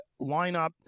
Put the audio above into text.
lineup